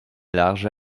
larges